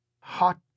Hot